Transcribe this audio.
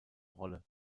rolle